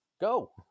go